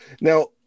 Now